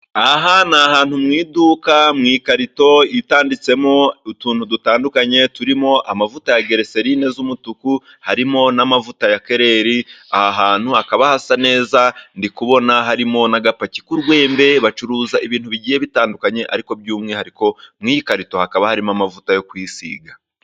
Aha ni ahantu mu iduka, mu ikarito itanditsemo utuntu dutandukanye turimo amavuta ya giriserine z'umutuku, harimo n'amavuta ya kereri. Aha hantu hakaba hasa neza. Ndi kubona harimo n'agapaki k'urwembe. Bacuruza ibintu bigiye bitandukanye, ariko by'umwihariko mu ikarito hakaba harimo amavuta yo kwisiga.